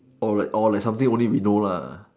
or like or like something only we know lah